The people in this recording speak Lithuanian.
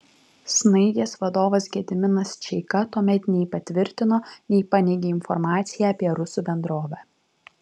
snaigės vadovas gediminas čeika tuomet nei patvirtino nei paneigė informaciją apie rusų bendrovę